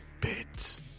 Bits